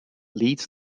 leads